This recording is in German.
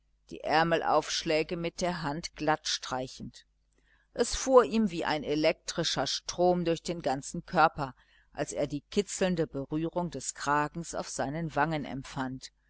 die ärmelaufschläge mit der hand glatt streichend es fuhr ihm wie ein elektrischer strom durch den ganzen körper als er die kitzelnde berührung des kragens auf seinen wangen empfand